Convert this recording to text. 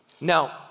now